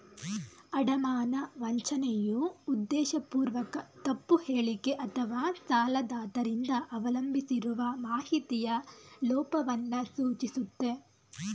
ಅಡಮಾನ ವಂಚನೆಯು ಉದ್ದೇಶಪೂರ್ವಕ ತಪ್ಪು ಹೇಳಿಕೆ ಅಥವಾಸಾಲದಾತ ರಿಂದ ಅವಲಂಬಿಸಿರುವ ಮಾಹಿತಿಯ ಲೋಪವನ್ನ ಸೂಚಿಸುತ್ತೆ